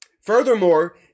Furthermore